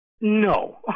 no